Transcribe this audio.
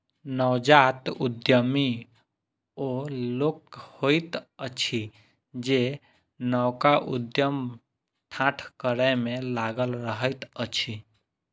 नवजात उद्यमी ओ लोक होइत अछि जे नवका उद्यम ठाढ़ करै मे लागल रहैत अछि